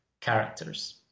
characters